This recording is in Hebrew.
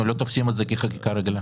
אנחנו לא תופסים את זה כחקיקה רגילה.